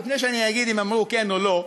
לפני שאני אגיד אם הם אמרו כן או לא,